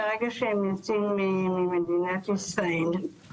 ברגע שהם יוצאים ממדינת ישראל,